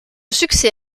succès